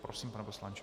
Prosím, pane poslanče.